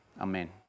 amen